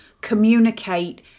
communicate